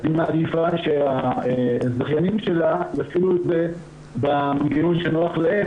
אז היא מעדיפה שהזכיינים שלה יפעילו את זה במנגנון שנוח להם.